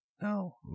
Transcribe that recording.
No